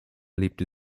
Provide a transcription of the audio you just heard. lebte